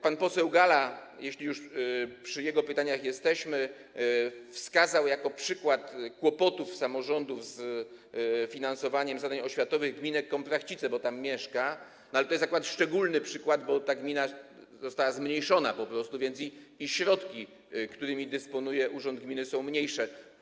Pan poseł Galla, jeśli już przy jego pytaniach jesteśmy, wskazał jako przykład kłopotów samorządów z finansowaniem zadań oświatowych gminę Komprachcice, bo tam mieszka, ale to jest akurat szczególny przykład, bo ta gmina została zmniejszona, więc i środki, którymi dysponuje urząd gminy, są po prostu mniejsze.